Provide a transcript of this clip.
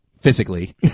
physically